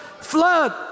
flood